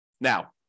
Now